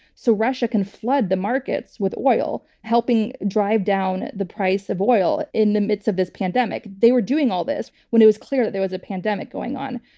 so russia can flood the markets with oil, helping drive down the price of oil in the midst of this pandemic. they were doing all this when it was clear that there was a pandemic going on.